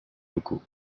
locaux